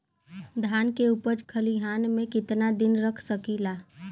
धान के उपज खलिहान मे कितना दिन रख सकि ला?